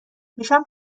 میشم